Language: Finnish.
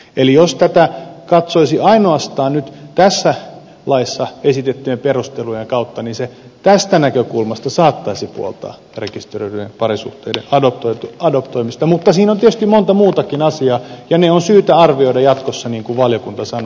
eli jos tätä katsoisi ainoastaan nyt tässä laissa esitettyjen perustelujen kautta niin se tästä näkökulmasta saattaisi puoltaa rekisteröityjen parisuhteiden adoptio oikeutta mutta siinä on tietysti monta muutakin asiaa ja ne on syytä arvioida jatkossa niin kuin valiokunta sanoo